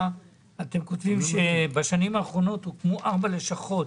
אתם כותבים שבשנים האחרונות הוקמו ארבע לשכות